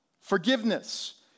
Forgiveness